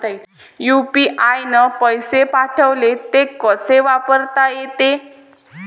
UPI न पैसे पाठवले, ते कसे पायता येते?